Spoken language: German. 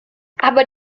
aber